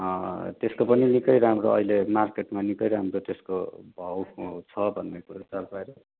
त्यसको पनि निकै राम्रो अहिले मार्केटमा निकै राम्रो त्यसको भाउ छ भन्ने कुरो चाल पाएर